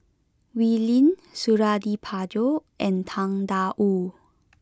Wee Lin Suradi Parjo and Tang Da Wu